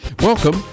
Welcome